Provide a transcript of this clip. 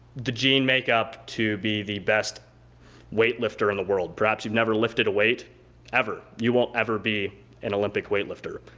the gene makeup to be the best weight lifter in the world. perhaps you've never lifted a weight ever, you won't ever be an olympic weight lifter,